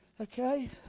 Okay